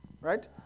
right